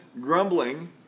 grumbling